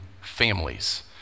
families